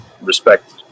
respect